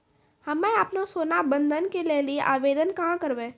हम्मे आपनौ सोना बंधन के लेली आवेदन कहाँ करवै?